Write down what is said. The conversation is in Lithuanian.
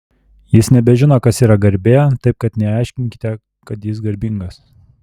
jis nebežino kas yra garbė taip kad neaiškinkite kad jis garbingas